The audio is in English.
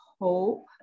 hope